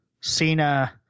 Cena